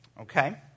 Okay